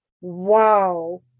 wow